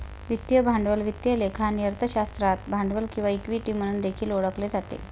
वित्तीय भांडवल वित्त लेखा आणि अर्थशास्त्रात भांडवल किंवा इक्विटी म्हणून देखील ओळखले जाते